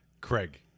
Craig